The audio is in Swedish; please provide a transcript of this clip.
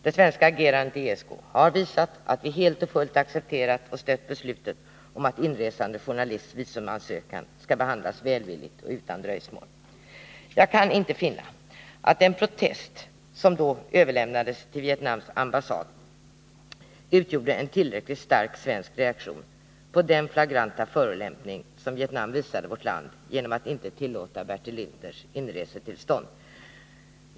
Det svenska agerandet i ESK har visat att vi helt och fullt accepterat och stött beslutet om att inresande journalists visumansökan skall behandlas välvilligt och utan dröjsmål. Jag kan inte finna att den protest som överlämnades till Vietnams ambassad utgjorde en tillräckligt stark svensk reaktion på den flagranta förolämpning som Vietnam gav vårt land genom att inte bevilja Bertil Lintner inresetillstånd.